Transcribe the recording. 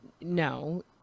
No